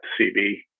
CB